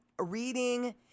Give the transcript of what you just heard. reading